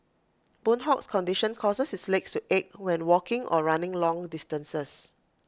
boon Hock's condition causes his legs to ache when walking or running long distances